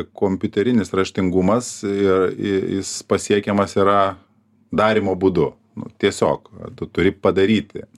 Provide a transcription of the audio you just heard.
kompiuterinis raštingumas ir jis pasiekiamas yra darymo būdu nu tiesiog tu turi padaryti